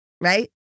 right